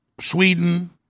Sweden